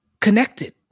connected